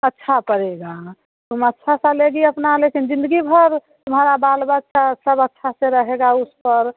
अच्छा पड़ेगा तुम अच्छा सा लेगी अपना लेकिन ज़िन्दगी भर तुम्हारा बाल बच्चा सब अच्छा से रहेगा उस पर